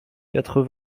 quatre